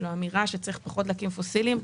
האמירה שצריך פחות להקים תחנות פוסיליות,